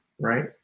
right